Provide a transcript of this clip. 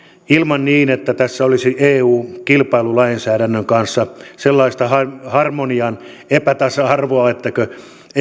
ilman että tässä olisi eun kilpailulainsäädännön kanssa sellaista harmonian epätasa arvoa etteikö